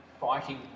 fighting